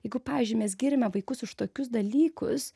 jeigu pavyzdžiui mes giriame vaikus už tokius dalykus